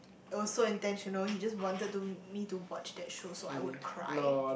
it was so intentional he just wanted to me to watch that show so I would cry